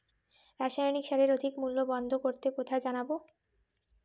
রাসায়নিক সারের অধিক মূল্য বন্ধ করতে কোথায় জানাবো?